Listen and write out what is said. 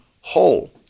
whole